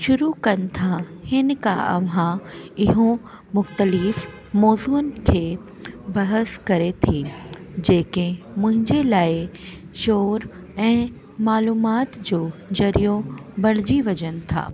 शुरू कनि था हिन खां अव्हां इहो मुख़्तलिफ़ मौज़ुअनि खे बहस करे थी जेके मुंहिंजे लाइ शोर ऐं मालूमाति जो ज़रियो बणिजी वजनि था